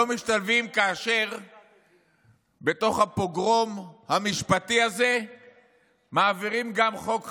לא משתלבים כאשר בתוך הפוגרום המשפטי הזה מעבירים גם חוק חמץ,